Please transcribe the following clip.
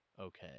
okay